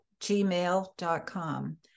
gmail.com